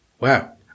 wow